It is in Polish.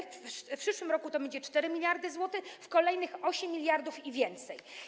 W przyszłym roku to będzie 4 mld zł, w kolejnych - 8 mld i więcej.